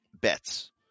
bets